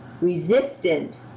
resistant